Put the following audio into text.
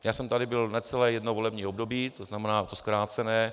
Já jsem tady byl necelé jedno volební období, to zkrácené.